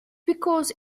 because